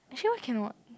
actually why cannot